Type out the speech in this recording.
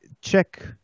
check